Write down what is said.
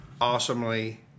awesomely